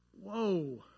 whoa